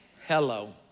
Hello